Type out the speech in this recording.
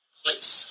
place